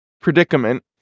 predicament